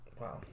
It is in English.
Wow